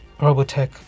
robotech